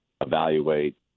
evaluate